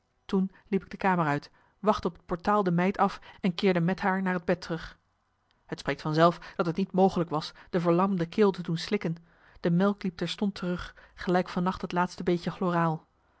toen liep ik de kamer uit wachtte op het portaal de meid af en keerde met haar naar het bed terug het spreekt van zelf dat het niet mogelijk was de de verlamde keel te doen slikken de melk liep terstond terug gelijk van nacht het laatste beetje chloraal